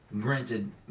Granted